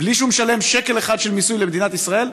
בלי שהוא משלם שקל אחד של מיסוי למדינת ישראל,